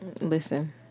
Listen